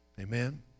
Amen